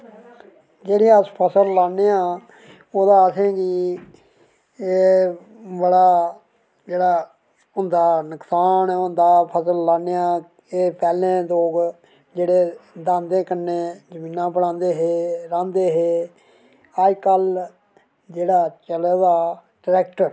जेह्ड़े अस फसल लान्ने आं ओह्दा असेंगी एह् बड़ा जेह्ड़ा होंदा नुकसान होंदा फसल लान्ने आं एह् पैह्लें ते जेह्ड़े दांदें कन्नै जमीनां बनांदे हे रांह्दे हे अजकल बड़ा चले दा ट्रैक्टर